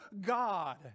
God